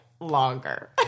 longer